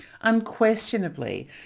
Unquestionably